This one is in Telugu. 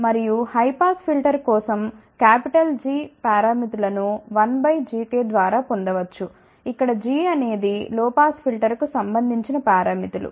మరియు హై పాస్ ఫిల్టర్ కోసం క్యాపిటల్ G పారామితులను 1 gkద్వారా పొందవచ్చు ఇక్కడ g అనేది లో పాస్ ఫిల్టర్కు సంబంధించిన పారామితులు